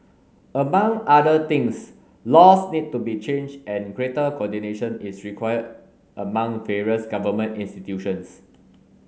among other things laws need to be changed and greater coordination is required among various government institutions